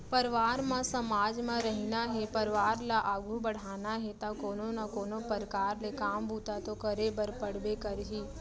परवार म समाज म रहिना हे परवार ल आघू बड़हाना हे ता कोनो ना कोनो परकार ले काम बूता तो करे बर पड़बे करही